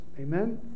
Amen